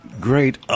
great